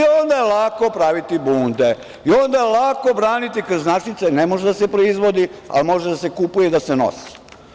Onda je lako praviti bunde i onda je lako braniti krznašice, ne može da se proizvodi, ali može da se kupuje i da se nosi.